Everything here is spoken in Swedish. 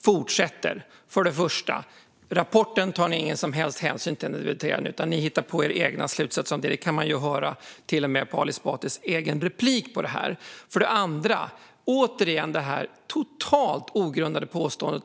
fortsätter. För det första tar ni ingen som helst hänsyn till rapporten, utan ni hittar på egna slutsatser. Det kan man till och med höra i Ali Esbatis replik. För det andra kommer ett totalt ogrundat påstående.